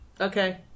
Okay